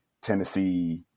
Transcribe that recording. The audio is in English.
Tennessee